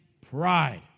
pride